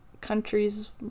countries